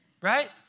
right